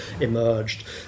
emerged